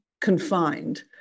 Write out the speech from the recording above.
confined